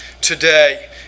today